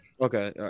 Okay